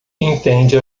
entende